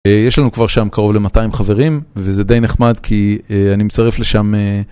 יש לנו כבר שם קרוב ל-200 חברים, וזה די נחמד כי אני מצרף לשם...